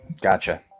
gotcha